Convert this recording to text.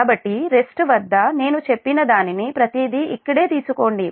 కాబట్టి రెస్ట్ వద్ద నేను చెప్పినదానిని ప్రతిదీ ఇక్కడే తీసుకోండి